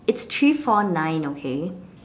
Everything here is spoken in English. it's three four nine okay